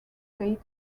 state